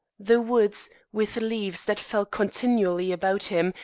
the woods, with leaves that fell continually about him,